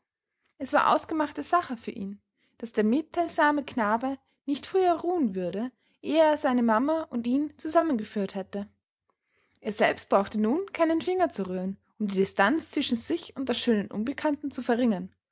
es war ausgemachte sache für ihn daß der mitteilsame knabe nicht früher ruhen würde ehe er seine mama und ihn zusammengeführt hätte er selbst brauchte nun keinen finger zu rühren um die distanz zwischen sich und der schönen unbekannten zu verringern